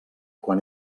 quan